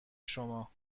شما